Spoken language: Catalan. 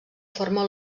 forma